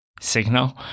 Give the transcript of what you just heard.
signal